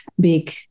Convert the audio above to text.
big